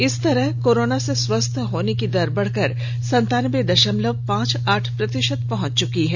इस तरह कोरोना से स्वस्थ होने की दर बढ़कर संतान्बे दशमलव पांच आठ प्रतिशत पहंच चुकी है